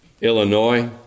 Illinois